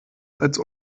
als